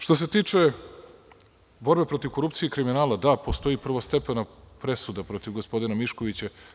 Što se tiče borbe protiv korupcije i kriminala, da, postoji prvostepena presuda protiv gospodina Miškovića.